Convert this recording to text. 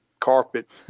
carpet